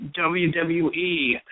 WWE